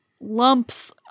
lumps